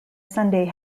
sunday